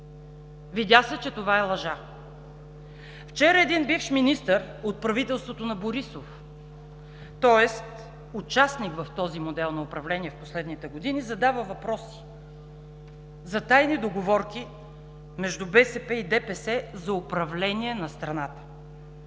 Видя се, че това е лъжа. Вчера един бивш министър от правителството на Борисов, тоест участник в този модел на управление в последните години задава въпроси за тайни договорки между БСП и ДПС за управление на страната.